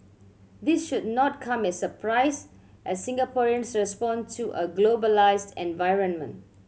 this should not come as surprise as Singaporeans respond to a globalised environment